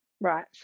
Right